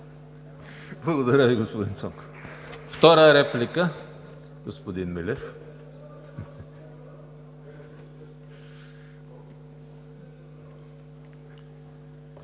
Благодаря Ви, господин Цонков. Втора реплика – господин Милев.